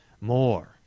more